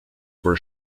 were